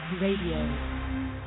Radio